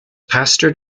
pastor